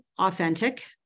authentic